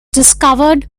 discovered